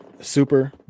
super